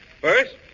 First